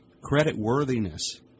credit-worthiness